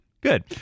good